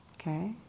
okay